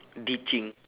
ditching